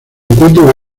encuentra